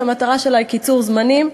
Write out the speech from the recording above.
שהמטרה שלה היא קיצור זמנים,